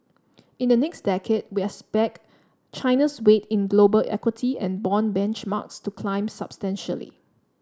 in the next decade we expect China's weight in global equity and bond benchmarks to climb substantially